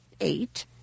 eight